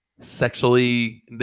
sexually